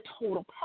total